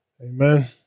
Amen